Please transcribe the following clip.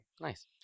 Nice